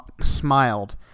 smiled